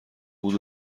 بود